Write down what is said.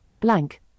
blank